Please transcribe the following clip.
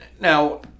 now